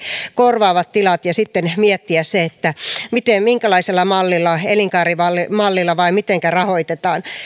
korvaavat tilat ja sitten miettiä minkälaisella mallilla elinkaarimallilla vai miten rahoitetaan